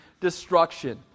destruction